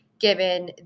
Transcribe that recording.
given